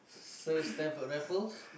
Sir-Stamford-Raffles